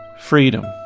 Freedom